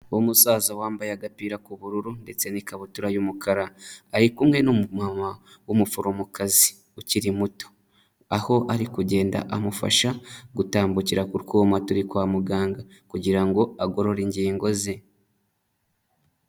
Umusaza wambaye agapira k'ubururu ndetse n'ikabutura y'umukara, ari kumwe n'umumama w'umuforomokazi ukiri muto. Aho ari kugenda amufasha gutambukira ku twuma turi kwa muganga kugira agorore ingingo ze.